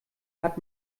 hat